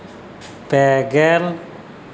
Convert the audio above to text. ᱯᱮ ᱜᱮᱞ